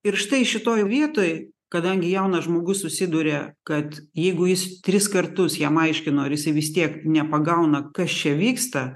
ir štai šitoj vietoj kadangi jaunas žmogus susiduria kad jeigu jis tris kartus jam aiškino ir jisai vis tiek nepagauna kas čia vyksta